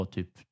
Typ